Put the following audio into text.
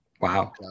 Wow